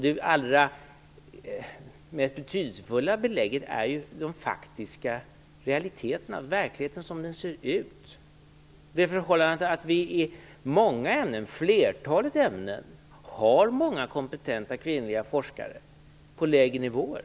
Det allra mest betydelsefulla belägget är de faktiska realiteterna, verkligheten som den ser ut, det förhållandet att vi i många ämnen, i flertalet ämnen, har många kompetenta kvinnliga forskare på lägre nivåer.